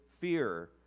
fear